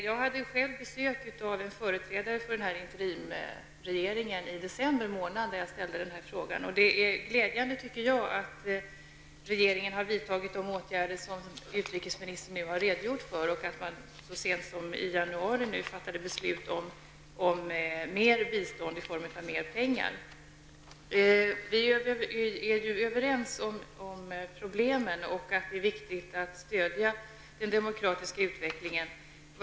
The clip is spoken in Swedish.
Jag hade själv besök av en företrädare för interimsregeringen i december månad, då jag ställde den här frågan. Det är glädjande att regeringen har vidtagit de åtgärder som utrikesministern nu har redogjort för och att man så sent som i januari fattade beslut om ökat bistånd i form av mer pengar. Vi är ju överens om problemen och att det är viktigt att stödja den demokratiska utvecklingen.